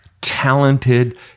talented